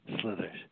slithers